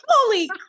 holy